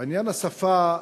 עניין השפה,